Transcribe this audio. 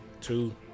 Two